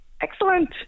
excellent